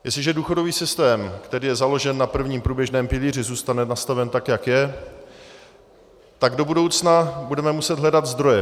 Jestliže důchodový systém, který je založen na prvním průběžném pilíři, zůstane nastaven tak, jak je, tak do budoucna budeme muset hledat zdroje.